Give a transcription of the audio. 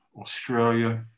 Australia